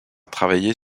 travailler